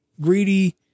greedy